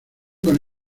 con